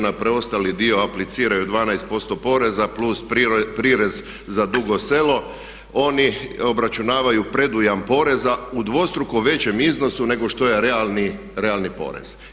Na preostali dio apliciraju 12% poreza plus prirez za Dugo Selo, oni obračunavaju predujam poreza u dvostruko većem iznosu nego što je realni porez.